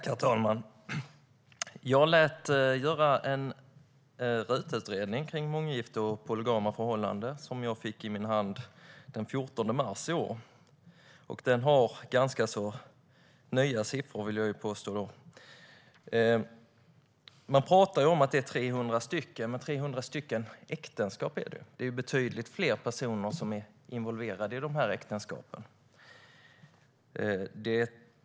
Herr talman! Jag lät riksdagens utredningstjänst, RUT, göra en utredning om månggifte och polygama förhållanden, och jag fick den i min hand den 14 mars i år. Den har ganska nya siffror, vill jag påstå. Man pratar om att det är 300 stycken, men det är ju 300 äktenskap . Det är betydligt fler personer som är involverade i dessa äktenskap.